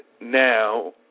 now